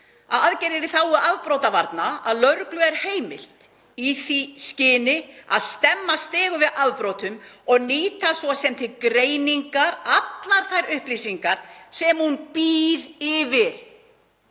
um aðgerðir í þágu afbrotavarna: „Lögreglu er heimilt, í því skyni að stemma stigu við afbrotum, að nýta, svo sem til greiningar, allar þær upplýsingar sem hún býr yfir“